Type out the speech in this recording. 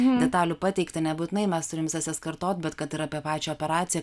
detalių pateikta nebūtinai mes turim visas jas kartot bet kad ir apie pačią operaciją